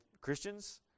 Christians